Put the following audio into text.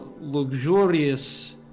luxurious